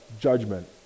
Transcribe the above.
judgment